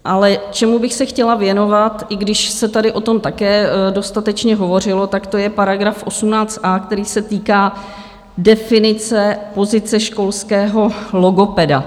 Ale čemu bych se chtěla věnovat, i když se tady o tom také dostatečně hovořilo, to je § 18a, který se týká definice pozice školského logopeda.